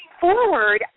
forward